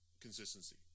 consistency